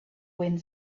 wind